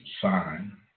sign